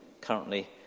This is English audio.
currently